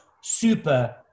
super